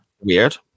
weird